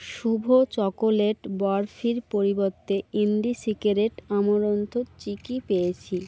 শুভ chocolate বরফির পরিবর্তে ইন্ডিসিকরেট আমরান্থো চিকি পেয়েছি